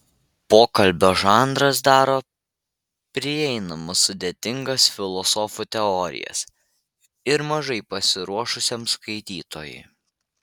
pokalbio žanras daro prieinamas sudėtingas filosofų teorijas ir mažai pasiruošusiam skaitytojui